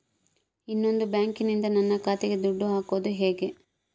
ಇನ್ನೊಂದು ಬ್ಯಾಂಕಿನಿಂದ ನನ್ನ ಖಾತೆಗೆ ದುಡ್ಡು ಹಾಕೋದು ಹೇಗೆ?